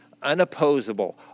unopposable